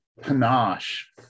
panache